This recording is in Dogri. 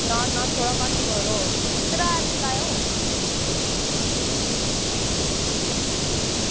ना ना थोह्ड़ा घट्ट करो किराया लेई लैयो